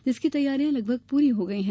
जिसकी तैयारियां लगभग पूरी हो गई हैं